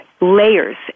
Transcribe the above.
Layers